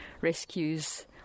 rescues